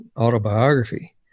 autobiography